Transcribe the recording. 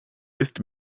ist